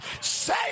Say